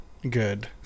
Good